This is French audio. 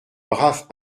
braves